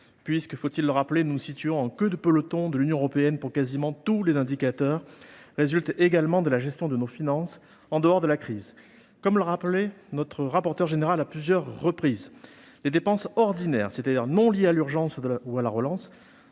publiques- je le rappelle, nous nous situons en queue de peloton de l'Union européenne pour quasiment tous les indicateurs -résulte également de la gestion de nos finances en dehors de la crise. Comme l'a rappelé notre rapporteur général à plusieurs reprises, les dépenses ordinaires, c'est-à-dire non liées à l'urgence ou à la relance,